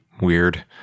weird